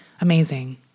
amazing